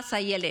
נדרס הילד.